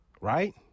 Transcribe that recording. Right